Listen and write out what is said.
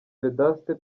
vedaste